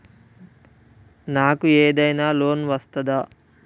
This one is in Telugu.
నాకు ఏదైనా లోన్ వస్తదా?